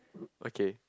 okay